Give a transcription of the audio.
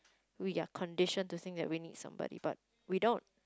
we are conditioned to think that we need somebody but we don't